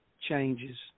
Changes